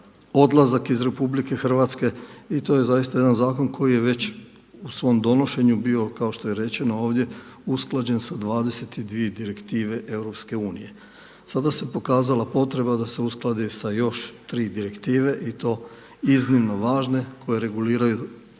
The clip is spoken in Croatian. odlazak iz RH i to je zaista jedan zakon koji je već u svom donošenju bio kao što je rečeno ovdje usklađen sa 22 direktive EU. Sada se pokazala potreba da se uskladi sa još tri direktive i to iznimno važne koje reguliraju